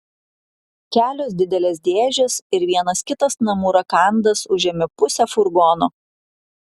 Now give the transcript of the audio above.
kelios didelės dėžės ir vienas kitas namų rakandas užėmė pusę furgono